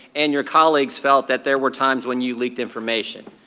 and your colleagues felt that there were times when you leaked information.